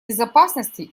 безопасности